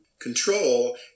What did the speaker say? control